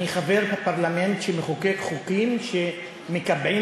אני חבר הפרלמנט שמחוקק חוקים שמקבעים